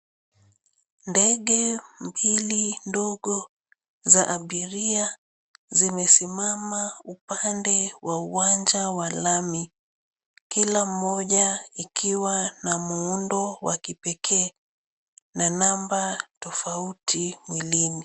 Ndege mbili ndogo za abiria zimesimama upande wa uwanja wa lami. Kila moja ikiwa na muundo wa kipekee na namba tofauti mwilini.